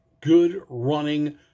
good-running